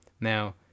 Now